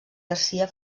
garcia